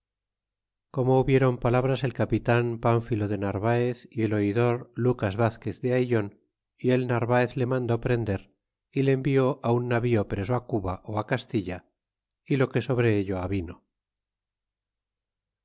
corno hubieron palabras el capitan pimphilo de natvaez y el oidor lucas vazquez de aillon y el narvaez le mandó prender y le envió un navío preso ii cuba castilla y lo que sobre ello avino